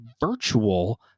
virtual